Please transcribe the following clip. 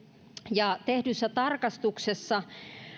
ja tehdyssä tarkastuksessa